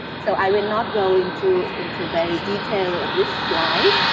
so, i will not go into into very detail of this slide,